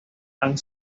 han